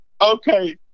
Okay